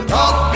Talk